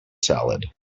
salad